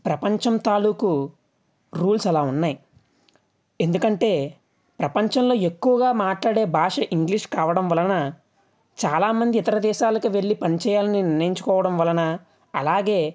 ప్రపంచం తాలూకు రూల్స్ అలా ఉన్నాయి ఎందుకంటే ప్రపంచంలో ఎక్కువగా మాట్లాడే భాష ఇంగ్లీష్ కావడం వలన చాలా మంది ఇతర దేశాలకు వెళ్ళి పని చేయాలని నిర్ణయించుకోవడం వలన అలాగే